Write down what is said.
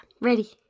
ready